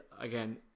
again